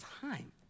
time